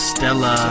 Stella